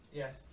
yes